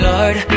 Lord